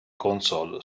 console